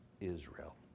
Israel